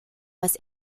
was